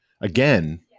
again